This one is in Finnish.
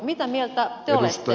mitä mieltä te olette